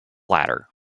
ladder